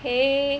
!hey!